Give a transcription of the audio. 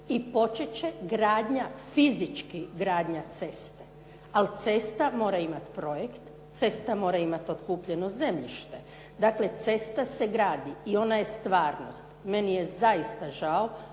gradnja, fizički gradnja ceste, ali cesta mora imati projekt, cesta mora imati otkupljeno zemljište. Dakle, cesta se gradi i ona je stvarnost. Meni je zaista žao,